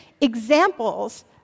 examples